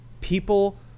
People